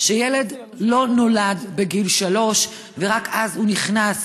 שילד לא נולד בגיל שלוש ורק אז הוא נכנס